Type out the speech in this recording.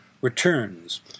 returns